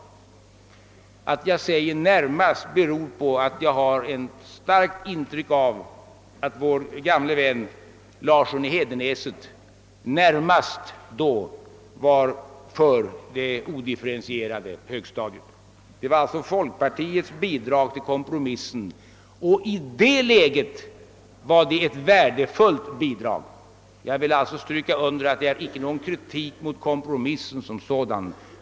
Att jag säger »närmast» beror på att jag har ett starkt intryck av att vår gamle vän Larsson i Hedenäset då närmast var för ett odifferentierat högstadium. Det var alltså folkpartiets bidrag till kompromissen — och i det läget var det ett värdefullt bidrag. Jag understryker alltså att jag inie riktar någon kritik mot kompromissen som sådan.